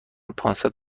پانصد